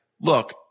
look